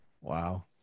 Wow